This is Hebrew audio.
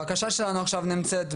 הבקשה שלנו נמצאת עכשיו